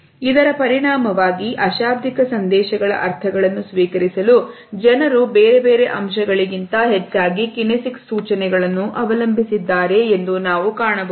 ಇದರ ಪರಿಣಾಮವಾಗಿ ಅಶಾಬ್ದಿಕ ಸಂದೇಶಗಳ ಅರ್ಥಗಳನ್ನು ಸ್ವೀಕರಿಸಲು ಜನರು ಬೇರೆ ಬೇರೆ ಅಂಶಗಳಿಗಿಂತ ಹೆಚ್ಚಾಗಿ ಕೆನ್ನೆಸ್ಎಕ್ಸ್ ಸೂಚನೆಗಳನ್ನು ಅವಲಂಬಿಸಿದ್ದಾರೆ ಎಂದು ನಾವು ಕಾಣಬಹುದು